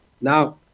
Now